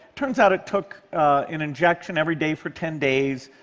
turns out it took an injection every day for ten days.